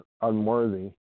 unworthy